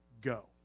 go